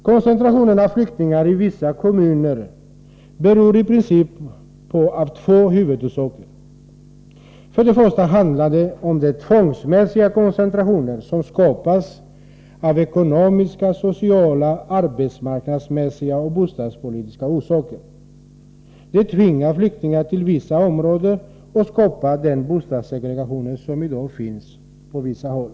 Koncentrationen av flyktingar i vissa kommuner har i princip två huvudorsaker. För det första handlar det om den tvångsmässiga koncentration som skapas av ekonomiska, sociala, arbetsmarknadsmässiga och bostadspolitiska förhål landen, som tvingar flyktingar till vissa områden och skapar den bostadsse = Nr 140 gregation som i dag finns på vissa håll.